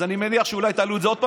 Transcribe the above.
אז אני מניח שאולי תעלו את זה עוד פעם